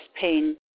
pain